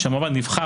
שהמועמד נבחר,